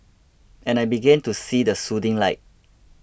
and I began to see the soothing light